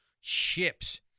ships